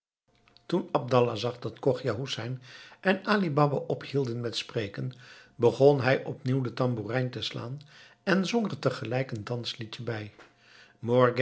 toen abdallah zag dat chogia hoesein en ali baba ophielden met spreken begon hij opnieuw op den tamboerijn te slaan en zong er tegelijk een dansliedje bij